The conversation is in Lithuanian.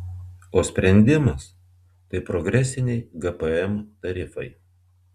o sprendimas tai progresiniai gpm tarifai